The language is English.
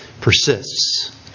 persists